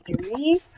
Three